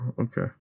Okay